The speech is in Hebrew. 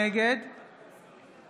נגד